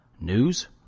News